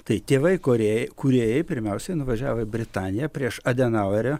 tai tėvai korėjai kūrėjai pirmiausia nuvažiavo į britaniją prieš adenauerio